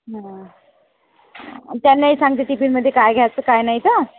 हा त्यांनाही सांगते टिफिनमध्ये काय घ्यायचं काय आणायचं